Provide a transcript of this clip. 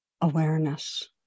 awareness